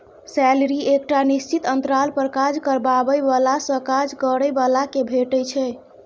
salary एकटा निश्चित अंतराल पर काज करबाबै बलासँ काज करय बला केँ भेटै छै